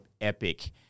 epic